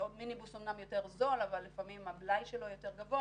מיניבוס אמנם יותר זול אבל לפעמים הבלאי שלו יותר גבוה,